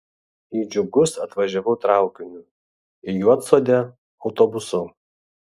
į džiugus atvažiavau traukiniu į juodsodę autobusu